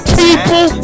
people